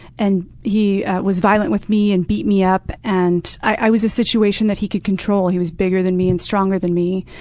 and he was violent with me and beat me up. and i was a situation that he could control. he was bigger than me and stronger than me.